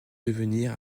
devenir